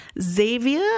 Xavier